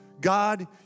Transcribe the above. God